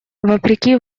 вопреки